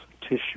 tissue